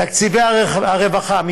תקציבי הרווחה,